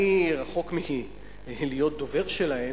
קודם כול, אני רחוק מלהיות דובר שלהם.